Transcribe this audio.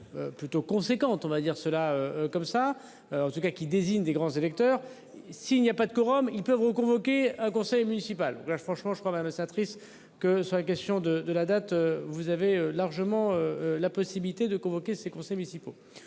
Plutôt conséquente, on va dire cela comme ça en tout cas qui désigne des grands électeurs. S'il n'y a pas de quorum. Ils peuvent convoquer un conseil municipal, là franchement, je crois même. Que sur la question de, de la date, vous avez largement la possibilité de convoquer ses conseils municipaux